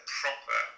proper